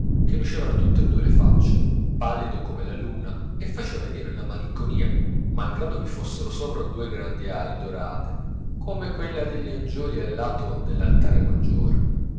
che luceva da tutte e due le facce pallido come la luna e faceva venir la malinconia malgrado vi fossero sopra due grandi ali dorate come quelle degli angioli a lato dell'altare maggiore